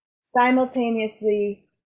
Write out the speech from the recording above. simultaneously